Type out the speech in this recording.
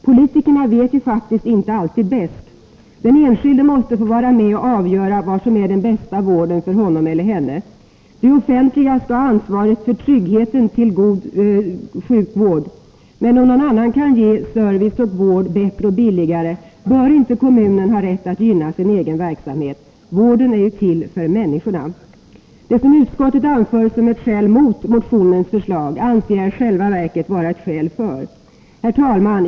Politikerna vet faktiskt inte alltid bäst. Den enskilde måste få vara med och avgöra vad som är den bästa vården för honom eller henne. Det offentliga skall ha ansvaret för att människor har tillgång till god sjukvård, men om någon annan kan ge service och vård bättre och billigare bör inte kommunen ha rätt att gynna sin egen verksamhet. Vården är till för människorna. Det som utskottet anför som ett skäl mot motionens förslag anser jag i själva verket vara ett skäl för. Herr talman!